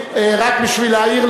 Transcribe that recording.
חבר הכנסת ברכה,